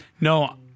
No